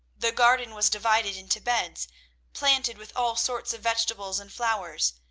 the garden was divided into beds planted with all sorts of vegetables and flowers,